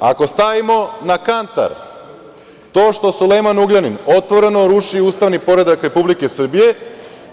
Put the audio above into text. Ako stavimo na kantar to što Sulejman Ugljanin otvoreno ruši ustavni poredak Republike Srbije